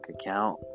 account